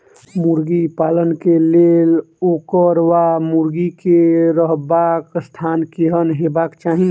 मुर्गी पालन केँ लेल ओकर वा मुर्गी केँ रहबाक स्थान केहन हेबाक चाहि?